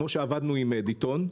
כפי שעבדנו עם מדיטון,